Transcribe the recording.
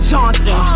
Johnson